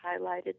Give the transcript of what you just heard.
highlighted